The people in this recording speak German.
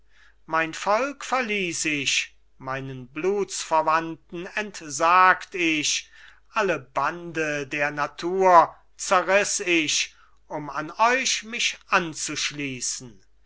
mein volk verliess ich meinen blutsverwandten entsagt ich alle bande der natur zerriss ich um an euch mich anzuschliessen